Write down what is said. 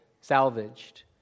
salvaged